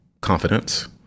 confidence